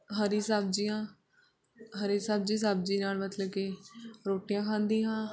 ਹਰੀ ਸਬਜ਼ੀਆਂ ਹਰੀ ਸਬਜ਼ੀ ਸਬਜ਼ੀ ਨਾਲ ਮਤਲਬ ਕਿ ਰੋਟੀਆਂ ਖਾਂਦੀ ਹਾਂ